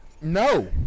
No